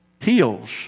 heals